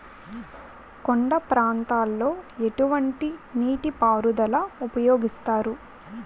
కొండ ప్రాంతాల్లో ఎటువంటి నీటి పారుదల ఉపయోగిస్తారు?